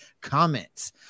comments